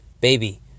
baby